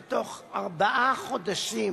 ובתוך ארבעה חודשים,